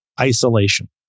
isolation